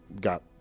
got